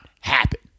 happen